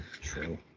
True